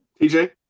TJ